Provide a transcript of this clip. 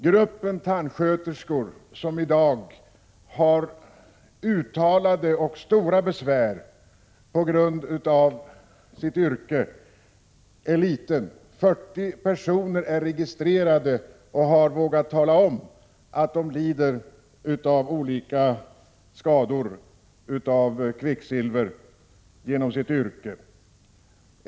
Gruppen tandsköterskor som i dag har uttalade och stora besvär av sitt yrke är liten. 40 personer är registrerade och har vågat tala om att de lider av olika kvicksilverskador genom sitt yrke.